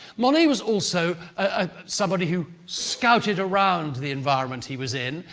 monet was also somebody who scouted around the environment he was in,